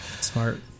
smart